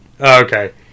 Okay